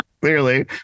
clearly